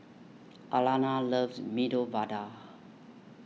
Alana loves Medu Vada